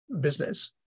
business